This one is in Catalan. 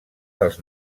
dels